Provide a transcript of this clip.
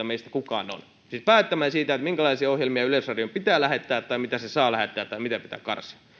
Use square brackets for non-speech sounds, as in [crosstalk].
[unintelligible] meistä kukaan on siis päättämään siitä minkälaisia ohjelmia yleisradion pitää lähettää tai mitä se saa lähettää tai mitä pitää karsia